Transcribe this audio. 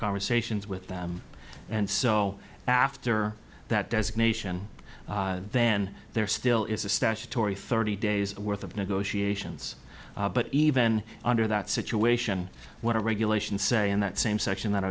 conversations with them and so after that designation then there still is a statutory thirty days worth of negotiations but even under that situation what a regulation say in that same section that i